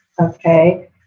okay